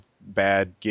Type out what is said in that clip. bad